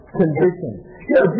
condition